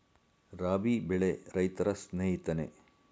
ರಾಬಿ ಬೆಳೆ ರೈತರ ಸ್ನೇಹಿತನೇ?